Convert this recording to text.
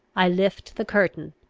i lift the curtain,